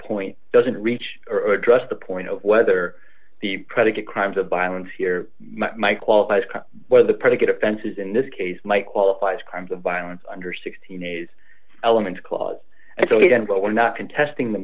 point doesn't reach or address the point of whether the predicate crimes of violence here my qualifies whether the predicate offenses in this case might qualify as crimes of violence under sixteen a's elements clause and so again but we're not contesting the